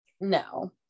no